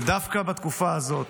ודווקא בתקופה הזאת,